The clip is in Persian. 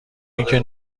اینکه